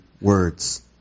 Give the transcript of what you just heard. words